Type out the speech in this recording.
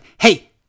hey